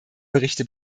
berichte